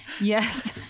yes